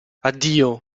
addio